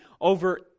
over